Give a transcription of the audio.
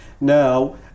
Now